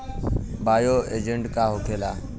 Bio agent का होखेला?